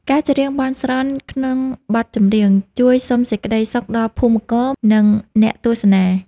ការច្រៀងបន់ស្រន់ក្នុងបទចម្រៀង ជួយសុំសេចក្ដីសុខដល់ភូមិករ និងអ្នកទស្សនា។